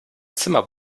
zimmer